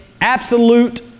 absolute